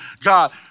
God